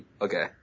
okay